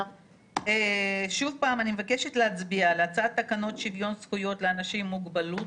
אני מבקשת להצביע על תקנות שוויון זכויות לאנשים עם מוגבלות